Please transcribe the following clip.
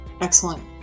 excellent